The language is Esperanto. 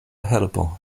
helpo